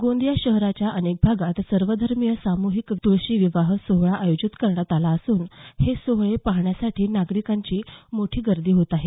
गोंदिया शहराच्या अनेक भागात सर्वधर्मीय सामूहिक तुळशी विवाह सोहळा आयोजित करण्यात येत असून हे सोहळे पाहण्यासाठी नागरिक मोठी गर्दी करत आहेत